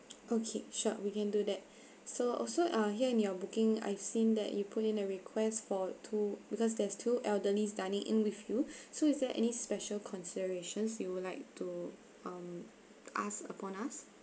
okay sure we can do that so also uh here in your booking I've seen that you put in a request for two because there's two elderlies dining in with you so is there any special considerations you would like to um ask upon us